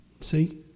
See